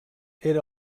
era